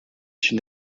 une